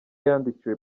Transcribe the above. yandikiwe